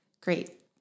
great